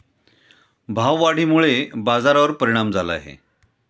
भाववाढीमुळे बाजारावर परिणाम झाला आहे